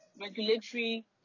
regulatory